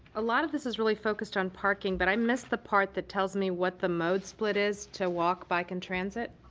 a lot of this is really focused on parking, but i missed the part that tells me what the mode split is to walk, bike, and transit.